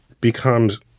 becomes